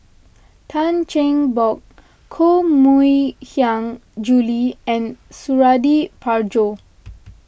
Tan Cheng Bock Koh Mui Hiang Julie and Suradi Parjo